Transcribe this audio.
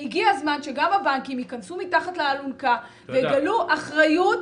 והגיע הזמן שגם הבנקים ייכנסו מתחת לאלונקה ויגלו אחריות,